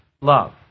love